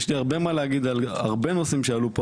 יש לי הרבה מה להגיד על הרבה נושאים שעלו פה,